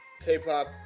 K-pop